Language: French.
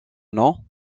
non